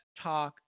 talk